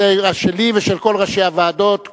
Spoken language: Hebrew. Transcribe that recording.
זה שלי ושל כל ראשי הוועדות,